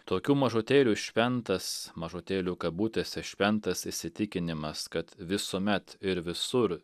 tokių mažutėlių šventas mažutėlių kabutėse šventas įsitikinimas kad visuomet ir visur